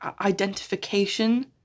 identification